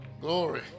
Glory